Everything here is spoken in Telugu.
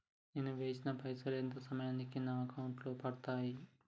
నేను వేసిన పైసలు ఎంత సమయానికి నా అకౌంట్ లో పడతాయి?